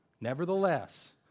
nevertheless